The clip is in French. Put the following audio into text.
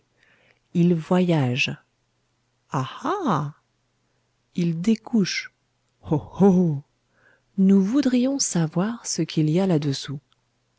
il voyage ah ah il découche oh oh nous voudrions savoir ce qu'il y a là-dessous